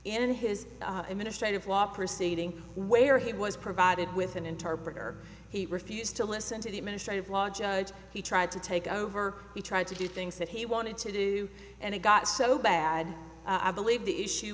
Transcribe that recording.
in his administration flop proceeding where he was provided with an interpreter he refused to listen to the administrative law judge he tried to take over he tried to do things that he wanted to do and it got so bad i believe the issue